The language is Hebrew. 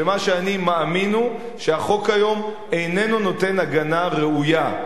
ומה שאני מאמין הוא שהחוק היום איננו נותן הגנה ראויה.